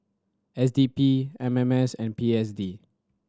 S D P M M S and P S D